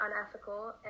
unethical